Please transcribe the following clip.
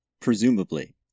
Presumably